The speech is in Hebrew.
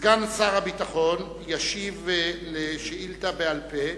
סגן שר הביטחון ישיב על שאילתא בעל-פה